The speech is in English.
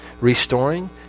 restoring